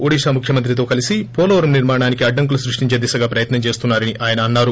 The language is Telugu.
ఒడిశా ముఖ్యమంత్రితో కలీసి పోలవరం నిర్మాణానికి అడ్డంకులు సృష్టించే దిశగా ప్రయత్నం చేస్తున్నా రని ఆయన అన్నారు